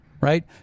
Right